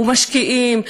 ומשקיעים,